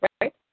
Right